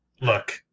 look